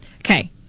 Okay